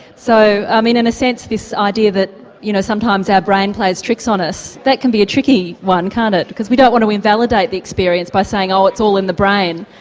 so i mean in a sense this idea that you know sometimes our brain plays tricks on us, that can be a tricky one can't it, because we don't want to invalidate the experience by saying oh, it's all in the brain.